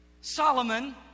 Solomon